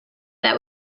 that